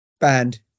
band